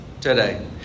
Today